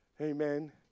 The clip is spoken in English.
Amen